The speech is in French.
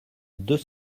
deux